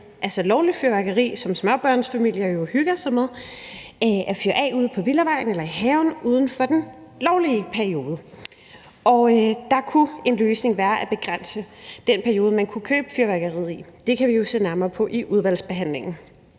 med lovligt fyrværkeri, som småbørnsfamilier jo hygger sig med at fyre af ude på villavejen eller i haven uden for den lovlige periode. Der kunne en løsning være at begrænse den periode, man kunne købe fyrværkeriet i. Det kan vi jo se nærmere på i udvalgsbehandlingen.